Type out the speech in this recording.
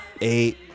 eight